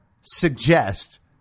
suggest